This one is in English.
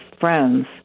friends